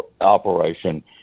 operation